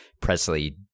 Presley